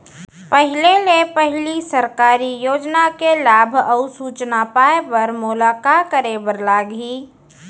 पहिले ले पहिली सरकारी योजना के लाभ अऊ सूचना पाए बर मोला का करे बर लागही?